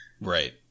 Right